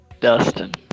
Dustin